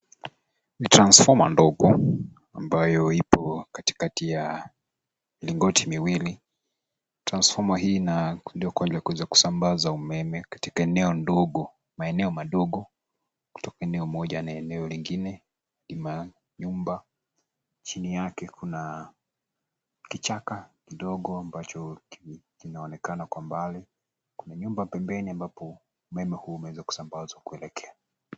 Ni transfoma ndogo ambayo ipo katikati ya mlingoti miwili. Transfoma hii inaokolewa kwa ajili ya kuweza kusambaza umeme katika eneo ndogo, maeneo madogo kutoka eneo moja na eneo lingine nyuma ya nyumba . Chini yake kuna vichaka ndogo ambacho kinaonekana kwa mbali , kuna nyumba pembeni ambapo umeme huu umeweza kusambazwa kuelekea.